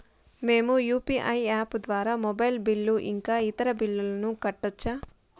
మేము UPI app ద్వారా mobile bill ఇంకా ఇతర బిల్లులను కట్టొచ్చు